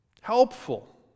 helpful